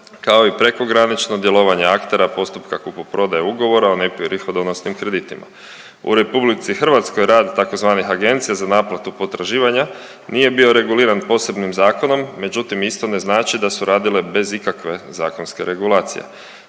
kao i prekogranično djelovanje aktera postupka kupoprodaje ugovora o neprihodnosnim kreditima. U RH rad tzv. agencija za naplatu potraživanja nije bio reguliran posebnim zakonom, međutim isto ne znači da su radile bez ikakve zakonske regulacije.